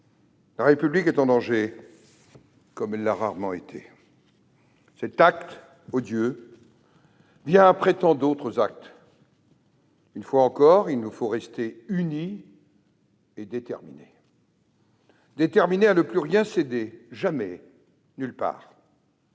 La République est en danger comme elle l'a rarement été. Cet acte odieux vient après tant d'autres. Une fois encore, il nous faut rester unis et déterminés : déterminés à ne plus rien céder, jamais, nulle part.